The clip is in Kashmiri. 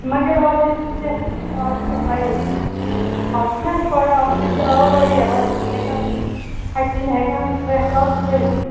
مگر اَزٔے چھَنہٕ سیٚکھٕے کیٚنٛہہ آز کَتہِ بَنی ژےٚ سیٚکھ آز چھُ نا اَتھ آب واریاہ آز چھِنہٕ ہیٚکان اَتہِ چھِنہٕ ہیٚکان سیٚکھ آز کھٲلتھٕے